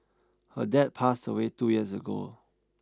her dad passed away two years ago